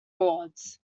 frauds